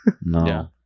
No